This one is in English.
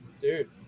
dude